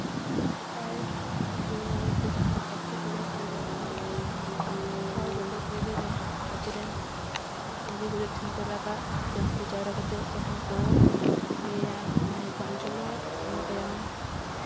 ᱟᱨ ᱡᱚᱢᱤ ᱵᱟᱵᱚᱫ ᱛᱮ ᱡᱟᱦᱟᱱ ᱮᱸᱴᱠᱮᱴᱚᱬᱮ ᱦᱩᱭ ᱞᱮᱱᱠᱷᱟᱱ ᱦᱚᱲ ᱠᱚᱫᱚ ᱯᱳᱭᱞᱳ ᱨᱮ ᱟᱹᱛᱩ ᱨᱮᱱ ᱢᱟᱹᱡᱷᱤ ᱜᱳᱰᱮᱛ ᱴᱷᱮᱱ ᱠᱚ ᱨᱟᱜᱟ ᱥᱮ ᱩᱱᱠᱩ ᱡᱟᱣᱨᱟ ᱠᱟᱛᱮᱜ ᱡᱟᱦᱟᱸ ᱠᱚ ᱞᱟᱹᱭᱟ ᱚᱱᱟ ᱜᱮᱠᱚ ᱟᱸᱡᱚᱢᱟ ᱤᱱᱟᱹ ᱛᱟᱭᱚᱢ